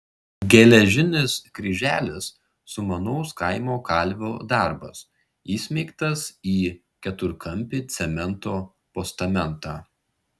geležinis kryželis sumanaus kaimo kalvio darbas įsmeigtas į keturkampį cemento postamentą